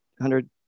hundred